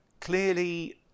clearly